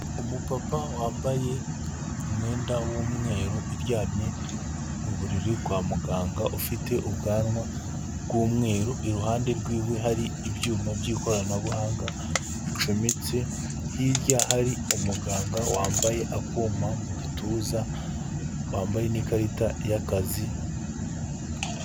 Umupapa wambaye umwenda w'umweru, uryamye mu buriri kwa muganga, ufite ubwanwa bw'umweru, iruhande rwiwe hari ibyuma by'ikoranabuhanga bicometse. Hirya hari umuganga wambaye akuma mu gituza, wambaye n'ikarita y'akazi.